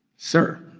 sir